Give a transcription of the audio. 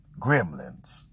Gremlins